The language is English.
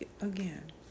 again